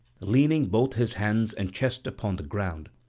leaning both his hands and chest upon the ground,